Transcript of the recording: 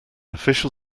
official